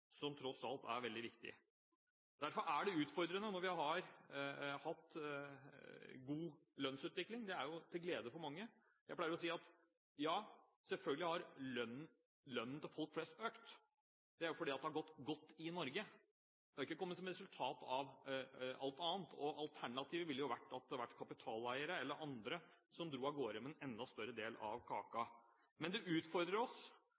som tross alt er veldig viktige. Derfor er det utfordrende når vi har hatt god lønnsutvikling – det er jo til glede for mange. Jeg pleier å si at ja, selvfølgelig har lønnen til folk flest økt. Det er fordi det har gått godt i Norge. Det har ikke kommet som resultat av alt annet. Alternativet ville jo vært at det hadde vært kapitaleiere eller andre som dro av gårde med en enda større del av kaken. Men det utfordrer oss,